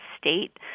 state